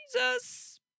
Jesus